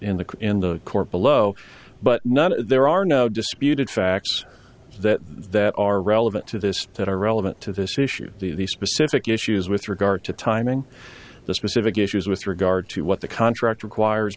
in the in the court below but not there are no disputed facts that that are relevant to this that are relevant to this issue the specific issues with regard to timing the specific issues with regard to what the contract requires